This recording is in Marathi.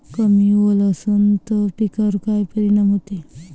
कमी ओल असनं त पिकावर काय परिनाम होते?